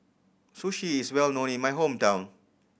sushi is well known in my hometown